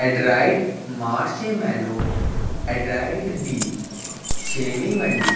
Android Marshmallow Android ਦੀ ਛੇਵੀਂ ਵੱਡੀ